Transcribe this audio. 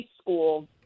school